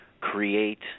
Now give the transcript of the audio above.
create